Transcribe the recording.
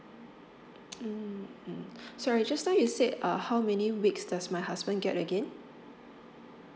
mm mm sorry just now you said uh how many weeks does my husband get again